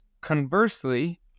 Conversely